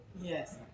Yes